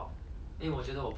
ah